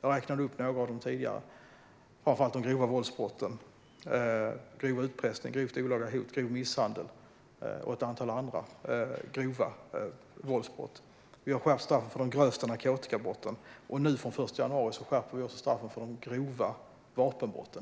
Jag räknade upp några av straffskärpningarna tidigare, framför allt när det gäller de grova våldsbrotten: grov utpressning, grovt olaga hot, grov misshandel och ett antal andra grova våldsbrott. Vi har skärpt straffen för de grövsta narkotikabrotten, och nu från den 1 januari skärper vi också straffen för de grova vapenbrotten.